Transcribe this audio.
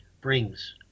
brings